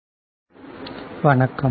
பரிசோதனை ஆய்வக உபகரணங்கள் அறிமுகம் வணக்கம்